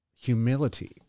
humility